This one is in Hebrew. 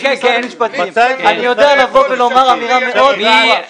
אני יודע לומר אמירה מאוד ברורה.